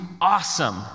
awesome